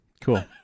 Cool